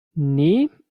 nee